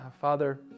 Father